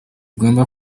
ugomba